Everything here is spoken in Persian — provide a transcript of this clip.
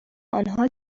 آنها